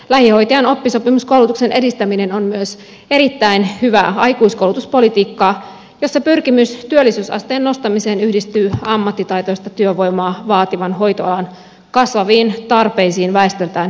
lähihoitajan oppisopimuskoulutuksen edistäminen on myös erittäin hyvää aikuiskoulutuspolitiikkaa jossa pyrkimys työllisyysasteen nostamiseen yhdistyy ammattitaitoista työvoimaa vaativan hoitoalan kasvaviin tarpeisiin väestöltään ikääntyvässä maassa